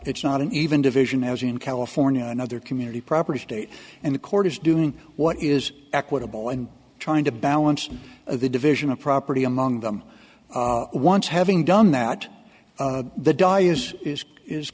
it's not an even division as in california another community property state and the court is doing what is equitable and trying to balance of the division of property among them once having done that the die is is is